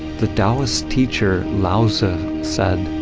the taoist teacher lao tse said